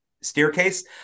staircase